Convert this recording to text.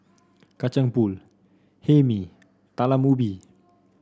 Kacang Pool Hae Mee Talam Ubi